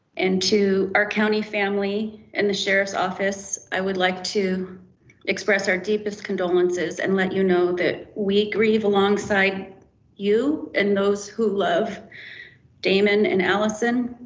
and to our county family and the sheriff's office. i would like to express our deepest condolences and let you know that we grieve alongside you. and those who love damon and allison.